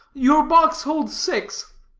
your box holds six.